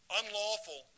unlawful